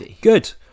Good